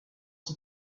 s’y